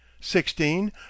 Sixteen